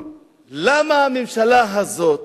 למה הממשלה הזאת